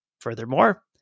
Furthermore